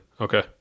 Okay